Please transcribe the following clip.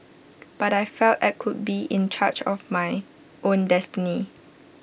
but I felt I could be in charge of my own destiny